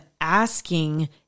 asking